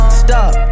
stop